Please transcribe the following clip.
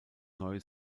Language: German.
neue